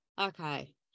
Okay